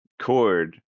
Cord